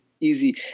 easy